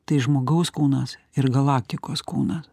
tai žmogaus kūnas ir galaktikos kūnas